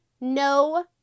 no